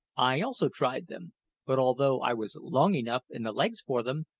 i also tried them but although i was long enough in the legs for them,